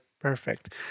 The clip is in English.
perfect